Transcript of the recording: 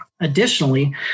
Additionally